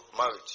marriage